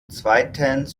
zweitens